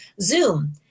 zoom